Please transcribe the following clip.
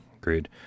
agreed